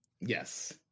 Yes